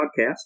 Podcast